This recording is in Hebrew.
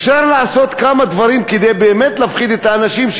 אפשר לעשות כמה דברים כדי להפחיד את האנשים באמת,